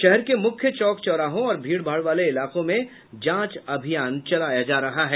शहर के मुख्य चौक चाराहों और भीड़ भाड़ वाले इलाकों में जांच अभियान चलाया जा रहा है